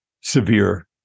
severe